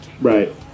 right